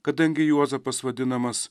kadangi juozapas vadinamas